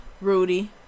Rudy